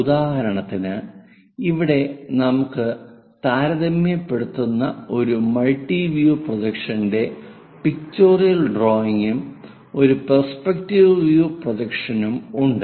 ഉദാഹരണത്തിന് ഇവിടെ നമുക്ക് താരതമ്യപ്പെടുത്തുന്ന ഒരു മൾട്ടി വ്യൂ പ്രൊജക്ഷന്റെ പിക്ചോറിയൽ ഡ്രായിയിങ്ങും ഒരു പെർസ്പെക്റ്റീവ് പ്രൊജക്ഷനും ഉണ്ട്